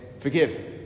Forgive